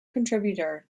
contributor